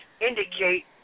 indicate